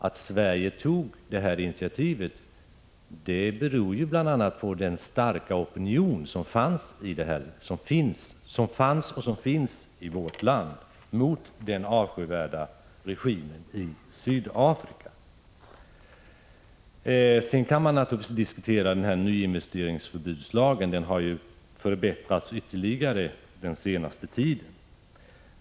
Att Sverige tog detta initiativ berodde bl.a. på den starka opinion som fanns och fortfarande finns i vårt land mot den avskyvärda regimen i Sydafrika. Denna lag har förbättrats ytterligare under den senaste tiden.